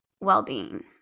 well-being